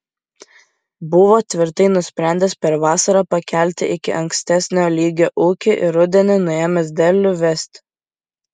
buvo tvirtai nusprendęs per vasarą pakelti iki ankstesnio lygio ūkį ir rudenį nuėmęs derlių vesti